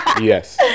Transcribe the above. yes